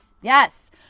Yes